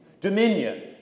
Dominion